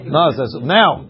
Now